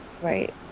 Right